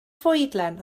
fwydlen